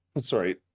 sorry